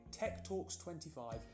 TECHTALKS25